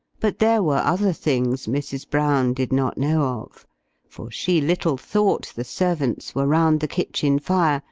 but there were other things mrs. brown did not know of for she little thought the servants were round the kitchen-fire,